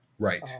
Right